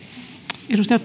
arvoisa